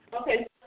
Okay